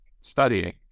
studying